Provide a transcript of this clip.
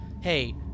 hey